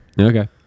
Okay